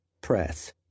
Press